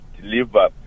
deliver